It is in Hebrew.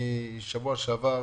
שבוע שעבר,